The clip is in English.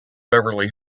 beverly